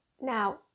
Now